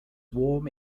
warm